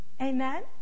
Amen